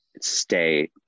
stay